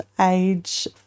age